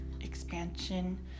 expansion